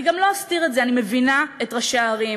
אני גם לא אסתיר את זה: אני מבינה את ראשי הערים.